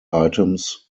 items